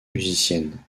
musicienne